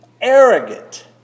arrogant